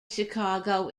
chicago